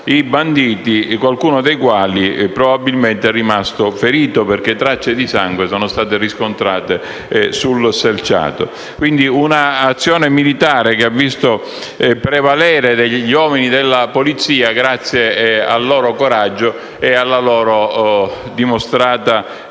i banditi, qualcuno dei quali probabilmente è rimasto ferito perché tracce di sangue sono state riscontrate sul selciato. Si è trattato di un'azione militare che ha visto prevalere gli uomini della polizia grazie al loro coraggio e alla loro dimostrata